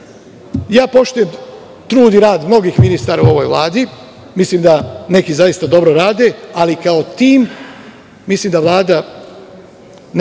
Poštujem trud i rad mnogih ministara u ovoj Vladi, mislim da neki zaista dobro rade, ali kao tim, mislim da Vlada nema